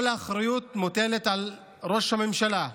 כל האחריות מוטלת על ראש הממשלה,